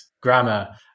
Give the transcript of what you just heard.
grammar